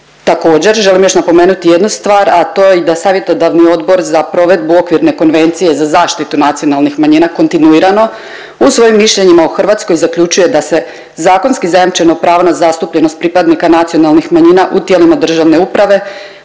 Također želim još napomenuti jednu stvar, a to je da Savjetodavni odbor za provedbu Okvirne konvencije za zaštitu nacionalnih manjina kontinuirano u svojim mišljenjima o Hrvatskoj zaključuje da se zakonski zajamčeno pravo na zastupljenost pripadnika nacionalnih manjina u tijelima državne uprave,